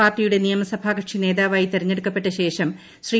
പാർട്ടിയുടെ നിയമസഭാ കക്ഷി നേതാവായി തിരഞ്ഞെടുക്കപ്പെട്ട ശേഷം ശ്രീ